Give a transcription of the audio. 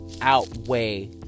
Outweigh